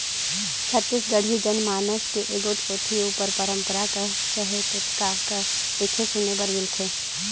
छत्तीसगढ़ी जनमानस मे एगोट कोठी उपर पंरपरा कह चहे टोटका कह देखे सुने बर मिलथे